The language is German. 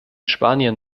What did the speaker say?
spanien